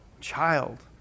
Child